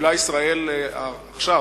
קיבלה ישראל עכשיו,